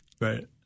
Right